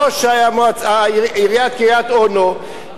ראש עיריית קריית-אונו,